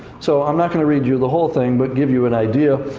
so i'm not going to read you the whole thing, but give you an idea.